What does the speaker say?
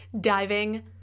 diving